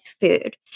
food